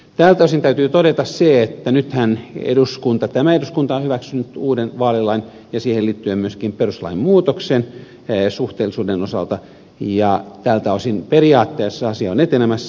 tältä osin täytyy todeta se että nythän tämä eduskunta on hyväksynyt uuden vaalilain ja siihen liittyen myöskin perustuslain muutoksen suhteellisuuden osalta ja tältä osin periaatteessa asia on etenemässä